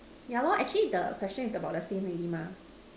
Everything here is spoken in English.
yeah lor actually the question is about the same already mah